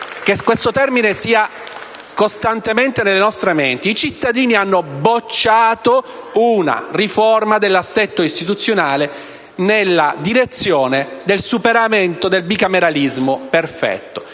che questo termine sia costantemente nelle nostre menti: i cittadini hanno bocciato una riforma dell'assetto istituzionale nella direzione del superamento del bicameralismo perfetto.